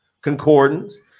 Concordance